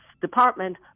department